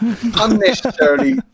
Unnecessarily